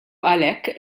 għalhekk